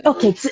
Okay